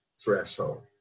threshold